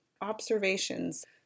observations